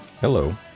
Hello